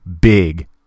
big